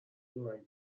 پورنگ